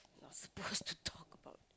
not supposed to talk about that